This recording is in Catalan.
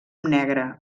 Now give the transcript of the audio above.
negre